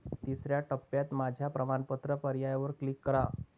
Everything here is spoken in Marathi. तिसर्या टप्प्यात माझ्या प्रमाणपत्र पर्यायावर क्लिक करा